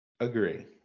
Agree